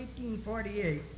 1848